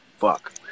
Fuck